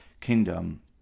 kingdom